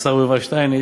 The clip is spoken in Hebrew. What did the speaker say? השר יובל שטייניץ,